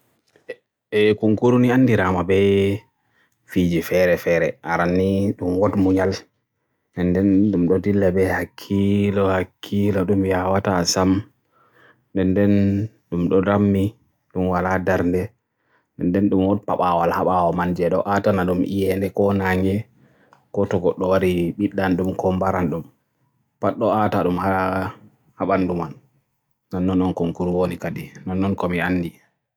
So mi yi'ama mi sufta e nder mi laato mo un anndi e dow doggudu e ko mo un anndi e dow gimi. Igga mi laato e dow mo un anndi e dow doggudu, ngam doggudu e ɓeyda jaamu maa, amma gimi e ɗusta daraja bo a mawnaata e gite yimɓe